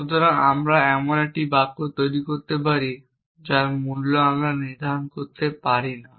সুতরাং আমরা এমন বাক্য তৈরি করতে পারি যার মূল্য আমরা নির্ধারণ করতে পারি না